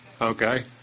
okay